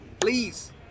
please